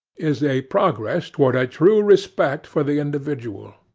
is a progress toward a true respect for the individual.